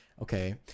Okay